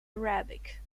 arabic